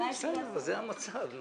זה המצב.